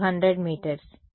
విద్యార్థి 200 మీటర్లు